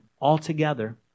altogether